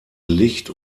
licht